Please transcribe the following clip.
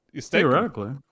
theoretically